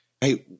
hey